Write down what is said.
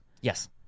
yes